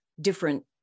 different